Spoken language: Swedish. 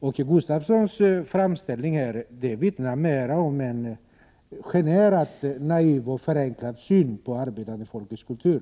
Åke Gustavssons resonemang vittnar om en generande naiv och förenklad syn på det arbetande folkets kultur.